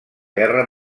guerra